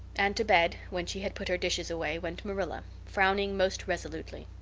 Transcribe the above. and to bed, when she had put her dishes away, went marilla, frowning most resolutely.